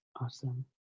Awesome